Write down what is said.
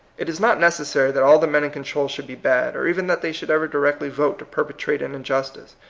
it is not necessary that all the men in control should be bad, or even that they should ever directly vote to perpetrate an injustice.